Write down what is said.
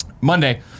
Monday